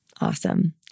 Awesome